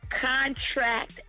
contract